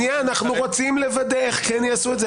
אנו רוצים לוודא איך כן יעשו את זה.